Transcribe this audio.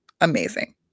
amazing